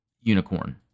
Unicorn